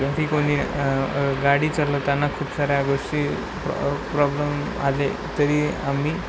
घरी कोणी गाडी चालवताना खूप साऱ्या गोष्टी प्रॉब्लेम आले तरी आम्ही